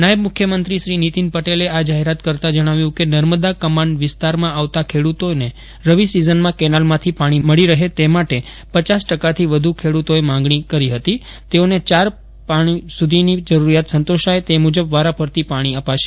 નાયબ મુખ્યમંત્રી નીતીન પટેલે આ જાહેરાત કરતા જણાવ્યું કે નર્મદા કમાન્ડ વિસ્તારમાં આવતા ખેડૂતોને રવિ સિઝનમાં કેનાલમાંથી પાણી મળી રહે તે માટે પચાસ ટકાથી વધુ ખેડૂતોએ માંગણી કરી હતી તેઓને ચાર પાણ સુધીની જરૂરિયાત સંતોસાય તે મુજબ વારાફરતી પાણી અપાશે